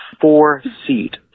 four-seat